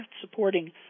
supporting